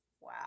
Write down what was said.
Wow